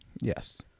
Yes